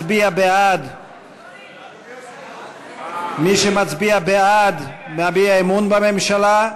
אדוני היושב-ראש, מי שמצביע בעד מביע אמון בממשלה,